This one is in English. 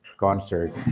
Concert